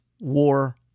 War